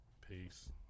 Peace